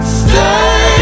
stay